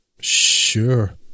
Sure